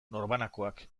norbanakoak